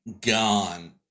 gone